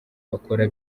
bakora